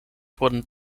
wurden